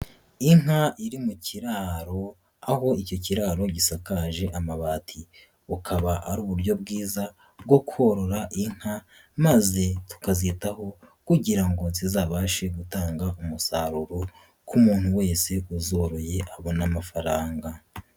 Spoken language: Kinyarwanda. Inka iri mu kiraro, aho icyo kiraro gisakaje amabati, bukaba ari uburyo bwiza bwo korora inka maze tukazitaho kugira ngo zizabashe gutanga umusaruro ku muntu wese uzoroye abone amafaranga.